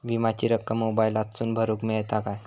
विमाची रक्कम मोबाईलातसून भरुक मेळता काय?